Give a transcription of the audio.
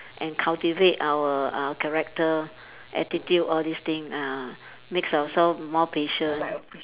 and cultivate our uh character attitude all these thing ah make ourselves more patient